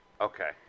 Okay